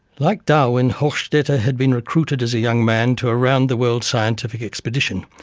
like darwin, hochstetter had been recruited as a young man to a round-the-world scientific expedition,